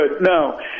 no